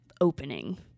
opening